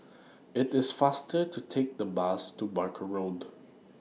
IT IS faster to Take The Bus to Barker Road